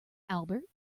albert